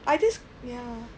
I just ya